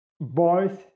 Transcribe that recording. Boys